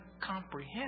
comprehend